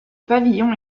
pavillon